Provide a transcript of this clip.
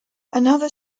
another